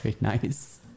nice